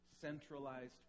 centralized